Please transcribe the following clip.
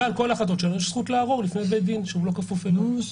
ועל כל החלטה שלנו יש זכות לערור לבית דין שהוא לא כפוף --- רק